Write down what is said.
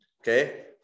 Okay